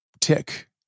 tick